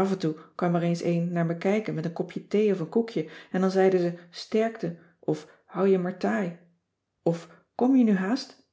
af en toe kwam er eens een naar me kijken met een kopje thee of een koekje en dan zeiden ze sterkte of hou je maar taai of kom je nu haast